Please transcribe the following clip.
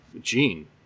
Gene